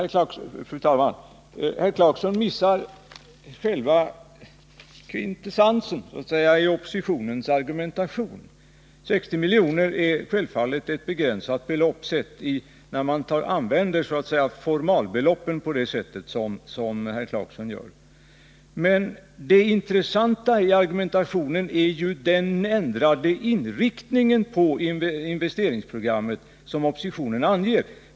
Fru talman! Herr Clarkson missar själva kvintessensen i oppositionens argumentation. 60 milj.kr. är självfallet ett begränsat belopp när man använder ”formalbeloppen” på det sätt som herr Clarkson gör. Men det intressanta i argumentationen är ju den ändrade inriktningen på investeringsprogrammet som oppositionen anger.